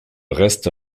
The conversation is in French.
reste